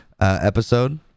episode